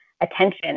attention